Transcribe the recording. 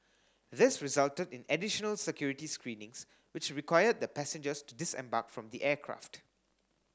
this resulted in additional security screenings which required the passengers to disembark from the aircraft